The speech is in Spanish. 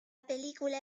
película